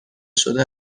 شده